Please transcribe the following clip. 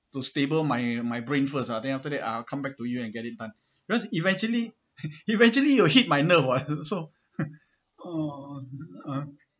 to stable my my brain first ah then after that I'll come back to you and get it done because eventually eventually you hit my nerve so